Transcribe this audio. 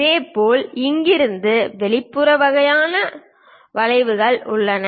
இதேபோல் இங்கிருந்து வெளிப்புற வகையான வளைவுகள் உள்ளன